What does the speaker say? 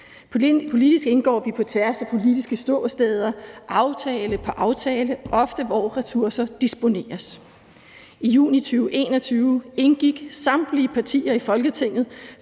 Politisk indgår vi på tværs af politiske ståsteder aftale på aftale, ofte hvor ressourcer disponeres. I juni 2021 indgik samtlige partier i Folketinget